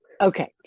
Okay